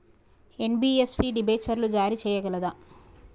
NBFC డిబెంచర్లు జారీ చేయగలదా?